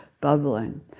bubbling